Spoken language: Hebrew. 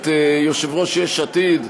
את יושב-ראש יש עתיד,